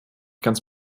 ganz